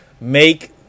make